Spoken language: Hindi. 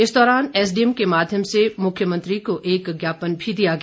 इस दौरान एसडीएम के माध्यम से मुख्यमंत्री को एक ज्ञापन भी दिया गया